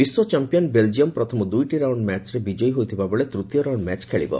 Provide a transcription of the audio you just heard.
ବିଶ୍ୱ champion Belgium ପ୍ରଥମ ଦୁଇଟି ରାଉଣ୍ ମ୍ ହୋଇଥିବାବେଳେ ତୂତୀୟ ରାଉଣ୍ଡ ମ୍ୟାଚ୍ ଖେଳିବ